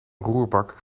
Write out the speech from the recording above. roerbak